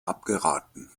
abgeraten